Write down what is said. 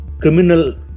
criminal